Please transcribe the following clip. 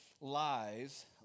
lies